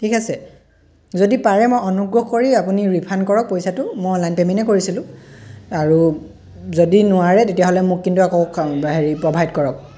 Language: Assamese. ঠিক আছে যদি পাৰে মই অনুগ্ৰহ কৰি আপুনি ৰিফাণ্ড কৰক পইছাটো মই অনলাইন পে'মেণ্টে কৰিছিলোঁ আৰু যদি নোৱাৰে তেতিয়াহ'লে মোক কিন্তু আকৌ হেৰি প্ৰভাইড কৰক